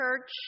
Church